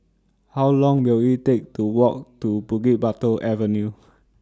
How Long Will IT Take to Walk to Bukit Batok Avenue